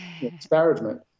disparagement